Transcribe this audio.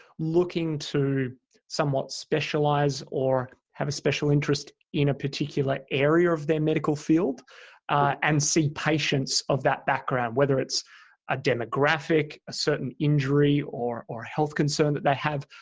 looking to somewhat specialized or have a special interest in a particular area of their medical field and see patients of that background whether it's a demographic, a certain injury, or or health concern that they have.